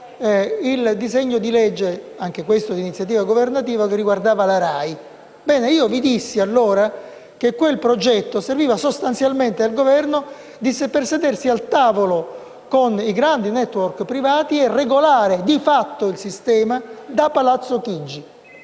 il disegno di legge, anch'esso di iniziativa governativa, riguardante la RAI. Vi dissi allora che quel progetto serviva sostanzialmente al Governo per sedersi al tavolo con i grandi *network* privati e regolare, di fatto, il sistema da Palazzo Chigi.